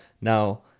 now